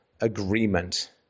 agreement